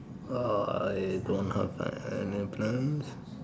I don't have any plans